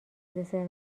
دسر